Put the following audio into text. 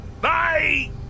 Bye